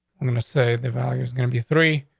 i'm gonna say the value is gonna be three.